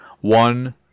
one